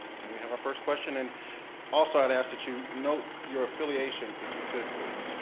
and we have our first question and also i'd ask that you note your affiliation if you could please.